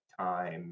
time